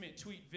tweet